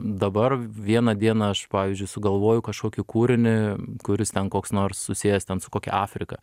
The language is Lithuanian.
dabar vieną dieną aš pavyzdžiui sugalvoju kažkokį kūrinį kuris ten koks nors susijęs su kokia afrika